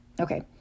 okay